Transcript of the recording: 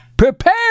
Prepare